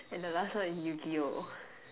and the last one is yu-gi-oh